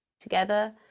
together